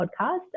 podcast